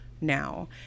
now